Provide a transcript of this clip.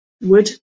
wood